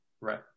right